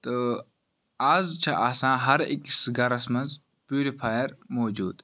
تہ آز چھِ آسان ہَر أکِس گَرَس مَنٛز پیورِفایَر موجود